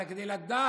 אלא כדי לדעת